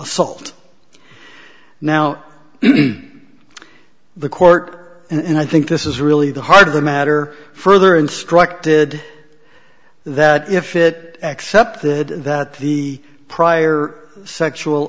assault now any the court and i think this is really the heart of the matter further instructed that if it accepted that the prior sexual